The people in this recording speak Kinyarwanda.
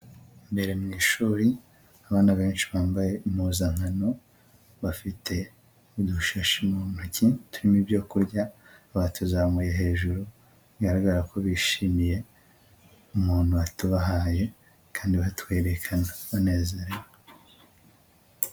Imbere mu ishuri, abana benshi bambaye impuzankano, bafite udushashi mu ntoki turimo ibyo kurya, batuzamuye hejuru, bigaragara ko bishimiye umuntu watubahaye kandi batwerekana banezerewe.